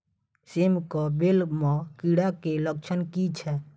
सेम कऽ बेल म कीड़ा केँ लक्षण की छै?